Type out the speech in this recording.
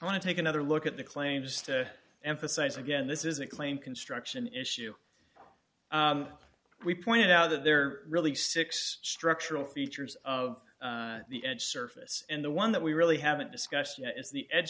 want to take another look at the claims to emphasize again this is a claim construction issue we point out that there really six structural features of the edge surface and the one that we really haven't discussed yet is the edge